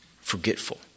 forgetful